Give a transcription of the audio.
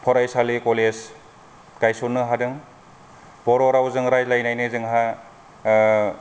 फरायसालि कलेज गायसननो हादों बर' रावजों रायलायनायनि जोंहा